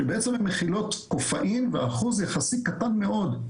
שבעצם הן מכילות קפאין ואחוז יחסי קטן מאוד,